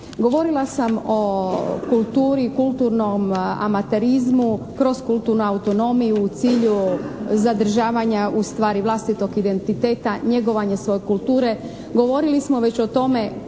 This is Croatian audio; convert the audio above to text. Govorila sam o kulturi i kulturnom amaterizmu kroz kulturnu autonomiju u cilju zadržavanja ustvari vlastitog identiteta, njegovanje svoje kulture.